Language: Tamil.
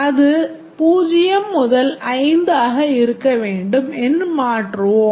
அது 0 முதல் 5 ஆக இருக்க வேண்டும் என்று மாற்றுவோம்